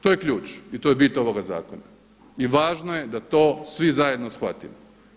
To je ključ i to je bit ovoga zakona i važno je da to svi zajedno shvatimo.